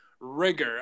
rigor